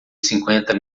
cinquenta